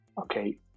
okay